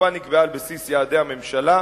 המפה נקבעה על בסיס יעדי הממשלה,